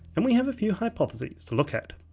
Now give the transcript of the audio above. and we have a few hypotheses to look at.